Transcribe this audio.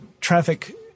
traffic